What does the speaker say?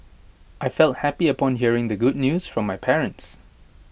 I felt happy upon hearing the good news from my parents